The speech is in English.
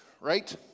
right